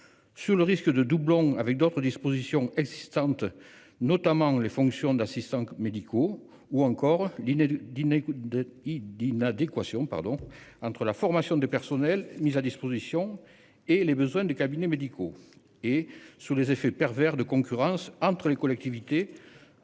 ; le risque de doublon avec d'autres dispositions existantes, notamment la fonction d'assistant médical, ou d'inadéquation entre la formation des personnels mis à disposition et les besoins des cabinets médicaux ; les effets pervers de concurrence entre les collectivités